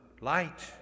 Light